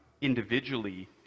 individually